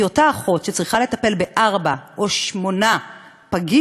כי אותה אחות שצריכה לטפל בארבעה או שמונה פגים,